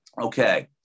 Okay